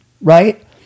right